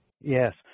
Yes